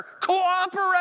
cooperate